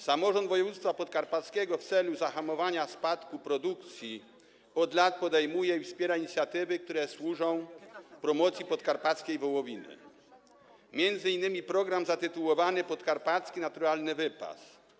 Samorząd województwa podkarpackiego w celu zahamowania spadku produkcji od lat podejmuje i wspiera inicjatywy, które służą promocji podkarpackiej wołowiny, m.in. program zatytułowany „Podkarpacki naturalny wypas”